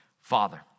Father